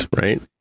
right